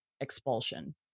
expulsion